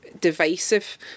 divisive